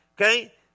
Okay